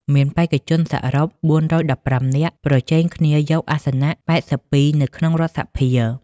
មានបេក្ខជនសរុប ៤១៥ នាក់ប្រជែងគ្នាយកអាសនៈ ៨២ នៅក្នុងរដ្ឋសភា។